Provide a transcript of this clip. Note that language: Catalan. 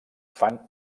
fan